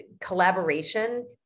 collaboration